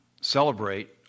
celebrate